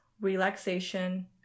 relaxation